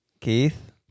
Keith